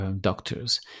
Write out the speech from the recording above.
doctors